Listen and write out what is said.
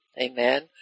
Amen